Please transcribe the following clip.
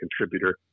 contributor